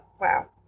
Wow